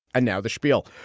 and now the spiel,